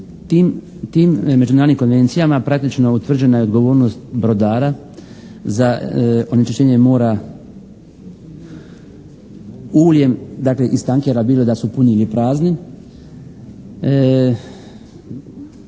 Tim međunarodnim konvencijama praktično utvrđena je odgovornost brodara za onečišćenje mora uljem, dakle iz tankera bilo da su puni ili prazni